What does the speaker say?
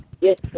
Yes